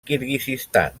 kirguizistan